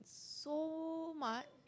so much